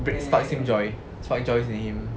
break sparks him joy sparks joy in him